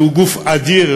שהוא גוף אדיר.